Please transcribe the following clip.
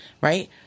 right